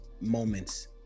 moments